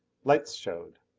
lights showed!